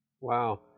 Wow